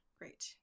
Great